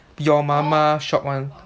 your mama shop [one]